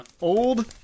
old